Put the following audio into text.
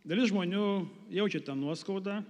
dalis žmonių jaučia tą nuoskaudą